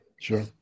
Sure